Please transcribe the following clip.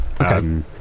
Okay